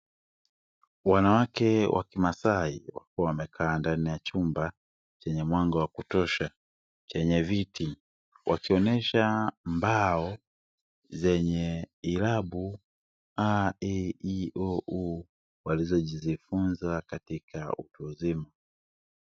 Wanawake wa kimaasai wakiwa wamekaa ndani ya chumba chenye mwanga wa kutosha, chenye viti wakionyesha mbao zenye irabu a,e,i,o,u walizojifunza katika utu uzima.